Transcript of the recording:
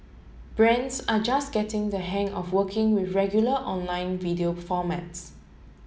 brands are just getting the hang of working with regular online video formats